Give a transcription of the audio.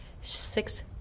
six